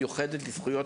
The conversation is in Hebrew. המיוחדת לזכויות